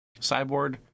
Cyborg